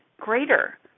greater